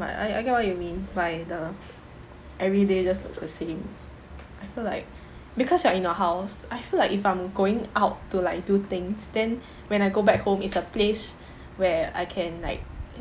but I I get what you mean by the everyday just looks the same I feel like because you are in a house I feel like if I'm going out to like do things then when I go back home is a place where I can like